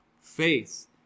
Faith